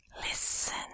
Listen